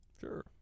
Sure